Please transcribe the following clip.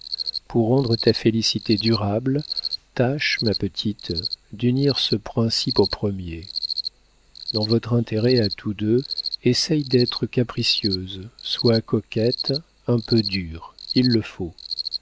pour rendre ta félicité durable tâche ma petite d'unir ce principe au premier dans votre intérêt à tous deux essaie d'être capricieuse sois coquette un peu dure il le faut